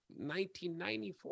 1994